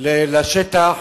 לשטח